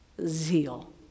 zeal